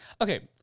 Okay